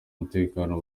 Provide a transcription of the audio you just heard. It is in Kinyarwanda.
umutekano